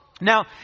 Now